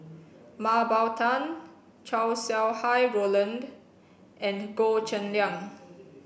Mah Bow Tan Chow Sau Hai Roland and Goh Cheng Liang